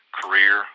career